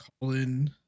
Colin